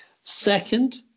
Second